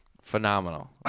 Phenomenal